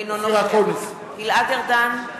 אינו נוכח גלעד ארדן,